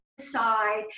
Side